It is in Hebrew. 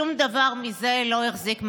שום דבר מזה לא החזיק מעמד.